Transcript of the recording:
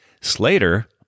Slater